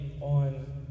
on